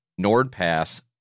NordPass